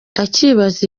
akibaza